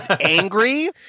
angry